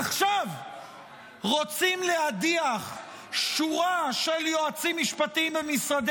עכשיו רוצים להדיח שורה של יועצים משפטיים במשרדי